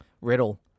Riddle